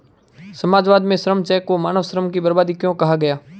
समाजवाद में श्रम चेक को मानव श्रम की बर्बादी क्यों कहा गया?